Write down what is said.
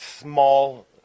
small